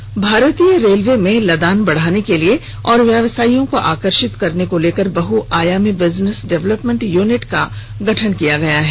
railway भारतीय रेल में लदान बढ़ाने के लिए और व्यवसायियों को आकर्षित करने को लेकर बहुआयामी बिजनेस डेवलपमेंट यूनिट का गठन किया गया है